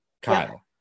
Kyle